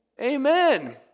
Amen